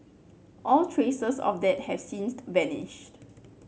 all traces of that have since vanished